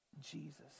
Jesus